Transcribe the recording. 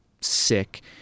sick